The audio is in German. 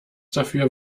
dafür